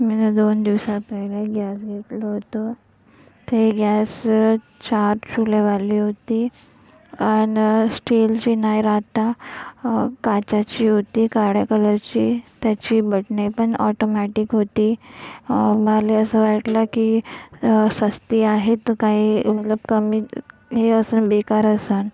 मी दोन दिवसांपहिले गॅस घेतलं होतं ते गॅस चार चुल्ह्यावाली होती आणि स्टीलची नाही राहता काचेची होती काळ्या कलरची त्याची बटणे पण ऑटोमॅटिक होती मला असं वाटलं की स्वस्त आहे तर काही मतलब कमी हे असंन बेकार असंन